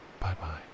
Bye-bye